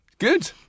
Good